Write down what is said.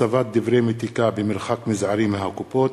הצבת דברי מתיקה במרחק מזערי מהקופות),